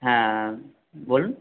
হ্যাঁ বলুন